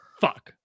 Fuck